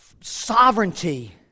sovereignty